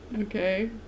Okay